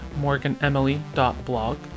morganemily.blog